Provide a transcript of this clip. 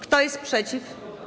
Kto jest przeciw?